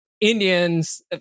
Indians